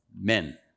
men